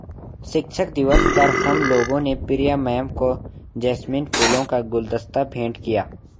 शिक्षक दिवस पर हम लोगों ने प्रिया मैम को जैस्मिन फूलों का गुलदस्ता भेंट किया